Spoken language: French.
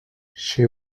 che